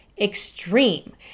extreme